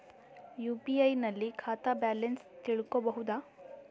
UPI ನಲ್ಲಿ ಖಾತಾ balance ತಿಳಕೊ ಬಹುದಾ?